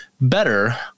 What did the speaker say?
better